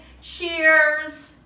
Cheers